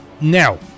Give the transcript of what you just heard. now